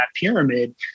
pyramid